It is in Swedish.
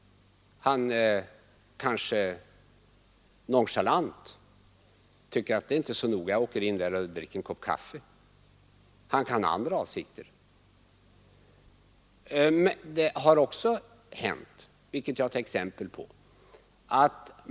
Han är kanske nonchalant och tycker att det inte är så noga om han kör in där för att dricka en kopp kaffe. Han kan ha andra avsikter. Låt mig ta ett annat exempel.